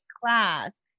class